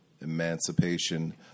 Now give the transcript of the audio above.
emancipation